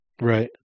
Right